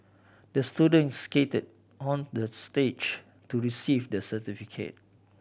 the student skated on the stage to received the certificate